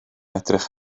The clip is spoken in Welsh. edrych